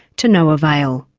to no avail.